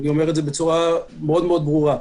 שנית,